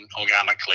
organically